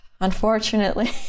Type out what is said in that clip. unfortunately